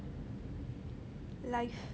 like